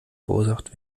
verursacht